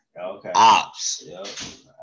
ops